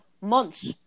months